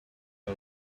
lot